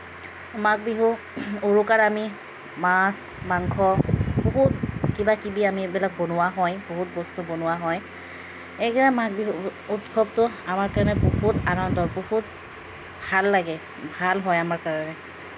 মাঘবিহু উৰুকাত আমি মাছ মাংস খুব কিবা কিবি আমি এইবিলাক বনোৱা হয় বহুত বস্তু বনোৱা হয় এইকাৰণে মাঘবিহু উৎসৱটো আমাৰ কাৰণে বহুত আনন্দৰ বহুত ভাল লাগে ভাল হয় আমাৰ কাৰণে